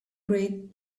great